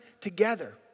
together